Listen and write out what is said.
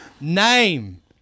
name